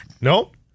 Nope